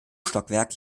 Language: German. stockwerk